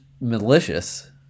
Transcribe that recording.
malicious